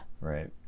Right